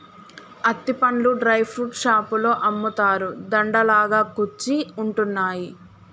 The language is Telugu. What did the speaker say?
అత్తి పండ్లు డ్రై ఫ్రూట్స్ షాపులో అమ్ముతారు, దండ లాగా కుచ్చి ఉంటున్నాయి